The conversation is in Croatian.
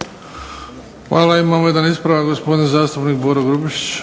Luka (HDZ)** Hvala. Imamo ispravak gospodin zastupnik Boro Grubišić.